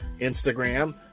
Instagram